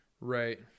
Right